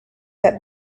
had